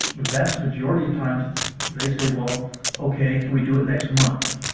the vast majority of times they say well okay can we do it next month?